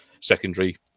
secondary